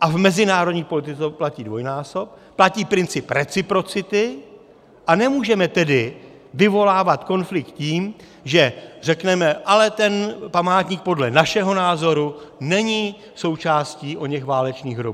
a v mezinárodní politice to platí dvojnásob, platí princip reciprocity, a nemůžeme tedy vyvolávat konflikt tím, že řekneme: ale ten památník podle našeho názoru není součástí oněch válečných hrobů.